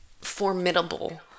formidable